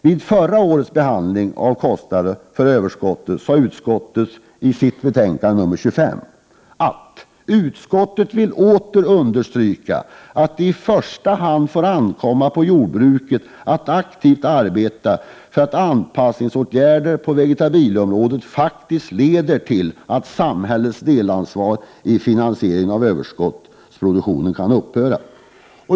Vid förra årets behandling av kostnaderna för överskottsarealen sade utskottet i sitt betänkande nr 25 att utskottet åter vill understryka att det i första hand får ankomma på jordbruket att aktivt arbeta för att anpassningsåtgärderna på vegetabilieområdet faktiskt leder till att samhällets delansvar i finansieringen av överskottsproduktionen kan upphöra.